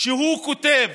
כותב